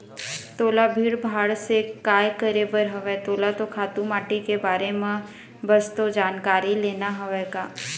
तोला भीड़ भाड़ से काय करे बर हवय तोला तो खातू माटी के बारे म बस तो जानकारी लेना हवय का